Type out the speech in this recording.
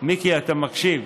מיקי אתה מקשיב?